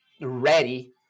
ready